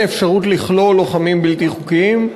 אין אפשרות לכלוא לוחמים בלתי חוקיים?